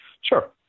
Sure